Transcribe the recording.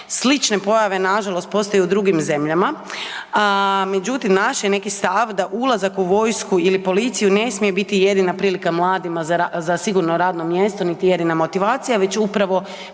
Slične pojave nažalost postoje i u drugim zemljama. Međutim, naš je neki stav da ulazak u vojsku ili policiju ne smije biti jedina prilika mladima za sigurno radno mjesto, niti jedina motivacija, već upravo